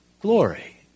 glory